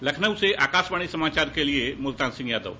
लखनऊ से आकाशवाणी समाचार के लिये मैं मुल्तान सिंह यादव